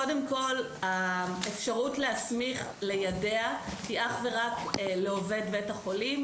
קודם כל האפשרות להסמיך ליידע היא אך ורק לעובד בית חולים.